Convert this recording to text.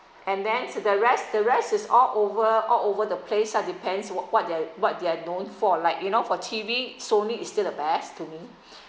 and then the rest the rest is all over all over the place ah depends what what they're what they're known for like you know for T_V sony is still the best to me